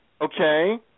okay